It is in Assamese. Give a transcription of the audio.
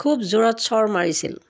খুব জোৰত চৰ মাৰিছিল